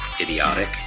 idiotic